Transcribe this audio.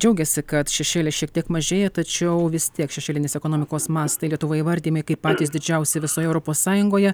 džiaugiasi kad šešėlis šiek tiek mažėja tačiau vis tiek šešėlinės ekonomikos mastai lietuvoj įvardijami kaip patys didžiausi visoje europos sąjungoje